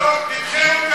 לא, תדחה.